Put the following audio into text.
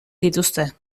dituzte